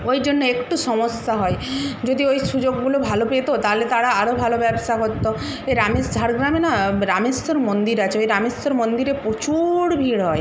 ওই জন্য একটু সমস্যা হয় যদি ওই সুযোগগুলো ভালো পেত তাহলে তারা আরও ভালো ব্যবসা করত রামেস্ব ঝাড়গ্রামে না রামেশ্বর মন্দির আছে ওই রামেশ্বর মন্দিরে প্রচুর ভিড় হয়